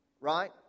right